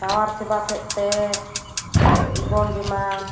ᱥᱟᱶᱟᱨ ᱥᱮᱵᱟ ᱥᱮᱫᱛᱮ ᱡᱤᱵᱚᱱ ᱵᱤᱢᱟ